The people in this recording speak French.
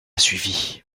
suivit